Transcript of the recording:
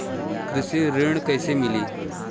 कृषि ऋण कैसे मिली?